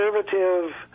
conservative